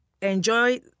enjoy